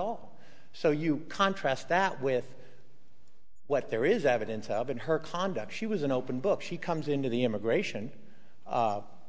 all so you contrast that with what there is evidence of in her conduct she was an open book she comes into the immigration